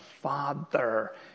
father